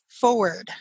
forward